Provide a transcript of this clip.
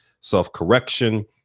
self-correction